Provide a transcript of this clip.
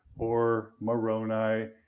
or moroni.